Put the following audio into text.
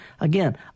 again